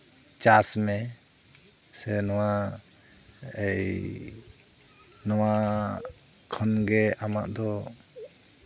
ᱪᱟᱥ ᱢᱮ ᱥᱮ ᱱᱚᱣᱟ ᱨᱮᱭ ᱱᱚᱣᱟ ᱠᱷᱚᱱᱜᱮ ᱟᱢᱟᱜ ᱫᱚ